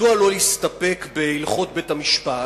מדוע לא להסתפק בהלכות בית-המשפט,